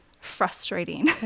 frustrating